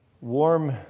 warm